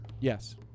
Yes